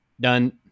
done